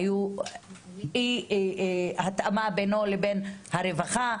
היו התאמה בינו לבין הרווחה,